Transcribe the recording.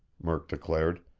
murk declared.